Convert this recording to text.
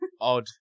Odd